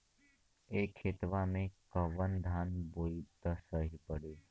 ए खेतवा मे कवन धान बोइब त सही पड़ी?